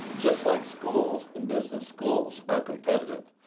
just like schools and business schools are competitive.